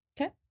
Okay